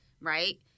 right